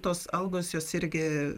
tos algos jos irgi